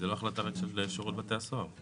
זאת לא החלטה רק של שירות בתי הסוהר.